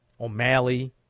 O'Malley